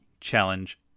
challenge